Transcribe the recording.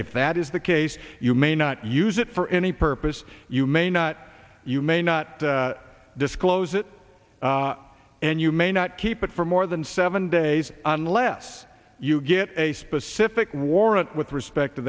if that is the case you may not use it for any purpose you may not you may not disclose it and you may not keep it for more than seven days unless you get a specific warrant with respect to